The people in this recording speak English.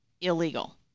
illegal